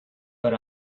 but